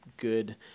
good